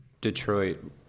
Detroit